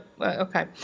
Okay